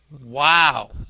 Wow